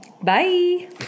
Bye